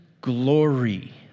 glory